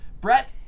Brett